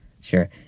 sure